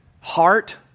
heart